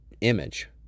image